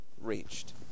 Reached